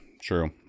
true